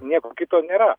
nieko kito nėra